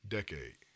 Decade